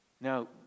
Now